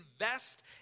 invest